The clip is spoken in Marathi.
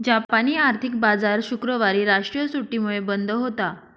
जापानी आर्थिक बाजार शुक्रवारी राष्ट्रीय सुट्टीमुळे बंद होता